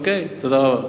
תודה רבה.